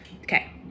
okay